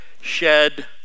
shed